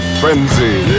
frenzy